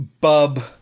Bub